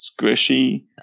squishy